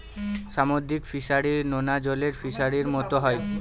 সামুদ্রিক ফিসারী, নোনা জলের ফিসারির মতো হয়